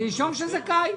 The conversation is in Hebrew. "נישום שזכאי".